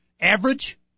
average